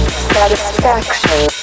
satisfaction